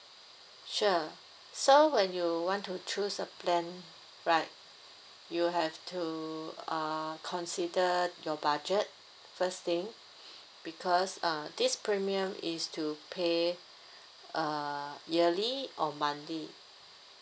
sure so when you want to choose a plan right you have to uh consider your budget first thing because uh this premium is to pay uh yearly or monthly